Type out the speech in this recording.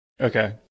Okay